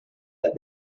that